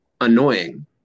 annoying